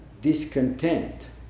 discontent